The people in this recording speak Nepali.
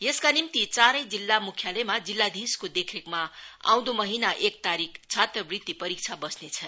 यसका निम्ति चारै जिल्ला म्ख्यालयमा जिल्लाधीशको देखरेखमा आउँदो महिना एक तारिख छात्रवृति परीक्षा बस्नेछ